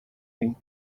thing